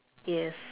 yes